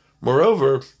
Moreover